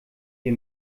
wir